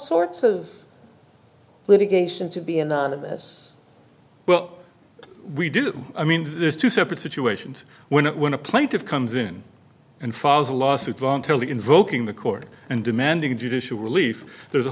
sorts of litigation to be in as well we do i mean there's two separate situations when when a plaintive comes in and files a lawsuit voluntarily invoking the court and demanding judicial relief there's a